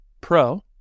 Pro